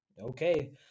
Okay